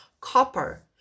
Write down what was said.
copper